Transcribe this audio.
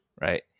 right